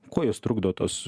kuo jos trugdo tos